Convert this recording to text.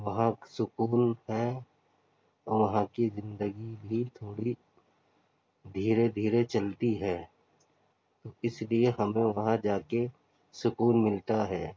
وہاں سکون ہے اور وہاں کی زندگی بھی تھوڑی دھیرے دھیرے چلتی ہے اس لیے ہمیں وہاں جا کے سکون ملتا ہے